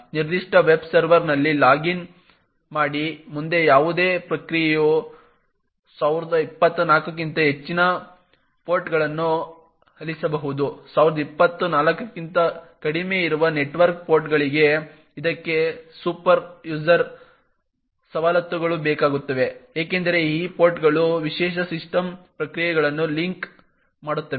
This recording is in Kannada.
ನಿರ್ದಿಷ್ಟ ವೆಬ್ ಸರ್ವರ್ನಲ್ಲಿ ಲಾಗಿನ್ ಮಾಡಿ ಮುಂದೆ ಯಾವುದೇ ಪ್ರಕ್ರಿಯೆಯು 1024 ಕ್ಕಿಂತ ಹೆಚ್ಚಿನ ಪೋರ್ಟ್ಗಳನ್ನು ಆಲಿಸಬಹುದು 1024 ಕ್ಕಿಂತ ಕಡಿಮೆ ಇರುವ ನೆಟ್ವರ್ಕ್ ಪೋರ್ಟ್ಗಳಿಗೆ ಇದಕ್ಕೆ ಸೂಪರ್ಯೂಸರ್ ಸವಲತ್ತುಗಳು ಬೇಕಾಗುತ್ತವೆ ಏಕೆಂದರೆ ಈ ಪೋರ್ಟ್ಗಳು ವಿಶೇಷ ಸಿಸ್ಟಮ್ ಪ್ರಕ್ರಿಯೆಗಳನ್ನು ಲಿಂಕ್ ಮಾಡುತ್ತವೆ